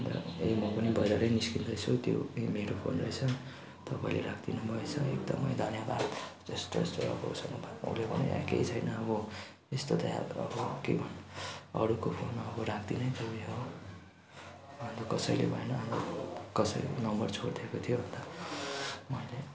ए म पनि बजारै निस्किँदैछु त्यो मेरो फोन रहेछ तपाईँले राखिदिनु भएछ एकदमै धन्यवाद यस्तो यस्तो अब ऊसँग बात भयो उसले भन्यो केही छैन अब यस्तो त हेल्प हो के गर्नु अरूको फोन अब राखिदिनै पर्ने हो कसैले भएन कसैको नम्बर छोडिदिएको थियो भन्दा मैले